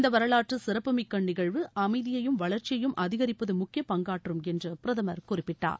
இந்த வரவாற்றுச் சிறப்பிமிக்க நிகழ்வு அமைதியையும் வளர்ச்சியையும் அதிகரிப்பது முக்கிய பங்காற்றும் என்று பிரதமர் குறிப்பிட்டார்